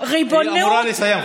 היא אמורה לסיים,